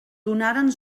donaren